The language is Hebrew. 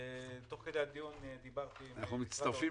תוך כדי הדיון דיברתי עם --- אנחנו מצטרפים